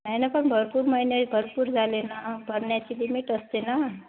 नाही ना पण भरपूर महिने भरपूर झाले ना भरण्याची लिमिट असते ना